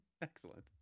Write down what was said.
Excellent